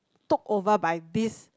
took over by this